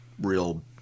real